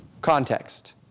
context